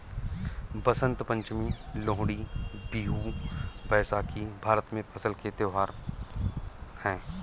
बसंत पंचमी, लोहड़ी, बिहू, बैसाखी भारत में फसल के त्योहार हैं